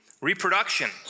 Reproduction